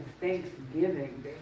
thanksgiving